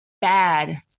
bad